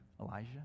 Elijah